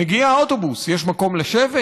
מגיע האוטובוס, יש מקום לשבת?